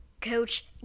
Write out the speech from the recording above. Coach